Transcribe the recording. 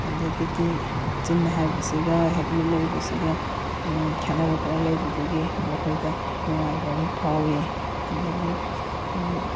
ꯑꯗꯒꯤꯗꯤ ꯆꯤꯟꯅ ꯍꯥꯏꯕꯁꯤꯒ ꯍꯦꯛ ꯃꯤꯠꯅ ꯎꯕꯁꯤꯒ ꯈꯦꯠꯅꯕ ꯈꯔ ꯂꯩꯕꯗꯨꯒꯤ ꯃꯈꯣꯏꯗ ꯅꯨꯡꯉꯥꯏꯕ ꯑꯃ ꯐꯥꯎꯋꯤ ꯑꯗꯒꯤ